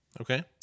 Okay